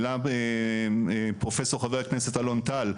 העלה פרופסור חבר הכנסת אלון טל,